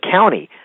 County